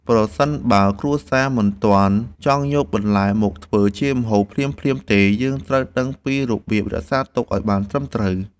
ប្រសិនបើគ្រួសារមិនទាន់ចង់យកបន្លែមកធ្វើជាម្ហូបភ្លាមៗទេ យើងត្រូវដឹងពីរបៀបរក្សាទុកឱ្យបានត្រឹមត្រូវ។